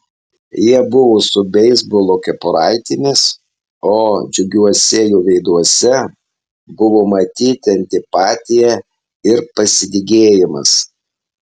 jie buvo su beisbolo kepuraitėmis o džiugiuose jų veiduose buvo matyti antipatija ir pasidygėjimas